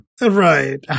Right